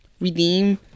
redeem